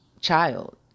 child